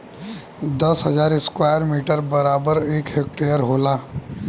दस हजार square metre बराबर एक हेक्टेयर होला